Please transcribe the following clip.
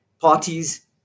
parties